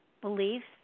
beliefs